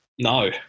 No